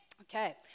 Okay